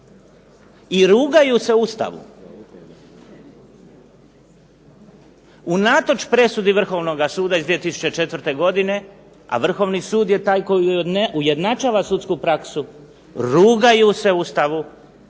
I rugaju se Ustavu, unatoč presudi Vrhovnoga suda iz 2004. godine, a Vrhovni sud je taj koji ujednačava sudsku praksu, rugaju se Ustavu